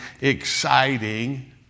exciting